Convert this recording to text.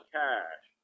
cash